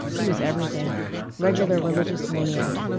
he was everything regular religious maniac.